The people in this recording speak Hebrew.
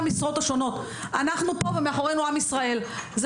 המשרות השונות: אנחנו פה ועם ישראל מאחורינו.